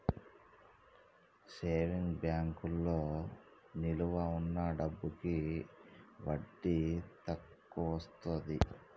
saving బ్యాంకులో నిలవ ఉన్న డబ్బులకి వడ్డీ తక్కువొస్తది